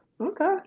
okay